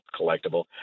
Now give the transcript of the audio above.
collectible